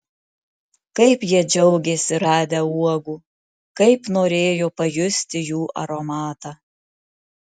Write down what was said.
kaip jie džiaugėsi radę uogų kaip norėjo pajusti jų aromatą